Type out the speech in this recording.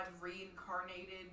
reincarnated